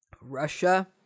Russia